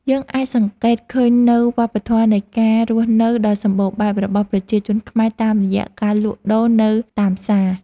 យើងអាចសង្កេតឃើញនូវវប្បធម៌នៃការរស់នៅដ៏សម្បូរបែបរបស់ប្រជាជនខ្មែរតាមរយៈការលក់ដូរនៅតាមផ្សារ។